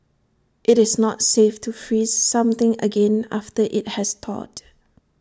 IT is not safe to freeze something again after IT has thawed